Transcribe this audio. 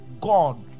god